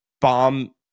bomb